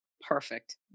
Perfect